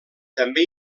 també